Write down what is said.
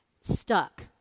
stuck